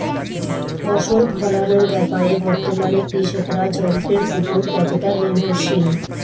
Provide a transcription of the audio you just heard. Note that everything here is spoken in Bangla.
ফসল ফলানোর ব্যাপারে বর্তমানে কৃষকরা যন্ত্রের উপর কতটা নির্ভরশীল?